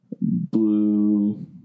blue